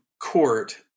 court